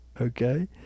okay